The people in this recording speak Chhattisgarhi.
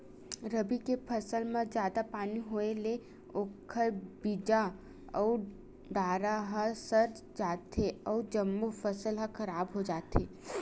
रबी के फसल म जादा पानी होए ले ओखर बीजा अउ डारा ह सर जाथे अउ जम्मो फसल ह खराब हो जाथे